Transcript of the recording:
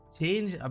change